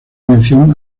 mención